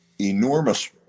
enormous